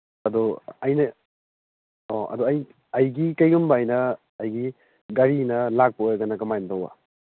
ꯑꯗꯨ ꯑꯩꯅ ꯑꯣ ꯑꯩ ꯑꯩꯒꯤ ꯀꯩꯒꯨꯝꯕ ꯑꯩꯅ ꯑꯩꯒꯤ ꯒꯥꯔꯤꯅ ꯂꯥꯛꯄ ꯑꯣꯏꯔꯒꯅ ꯀꯃꯥꯏꯅ ꯇꯧꯕ